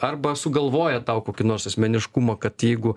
arba sugalvoja tau kokį nors asmeniškumą kad jeigu